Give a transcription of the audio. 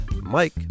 Mike